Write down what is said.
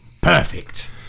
Perfect